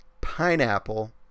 pineapple